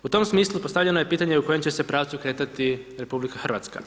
U tom smislu postavljeno je pitanje u kojem će se pravcu kretati RH.